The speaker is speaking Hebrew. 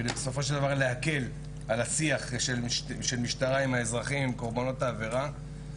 כדי בסופו של דבר להקל על השיח של משטרה עם האזרחים קורבנות העבירה.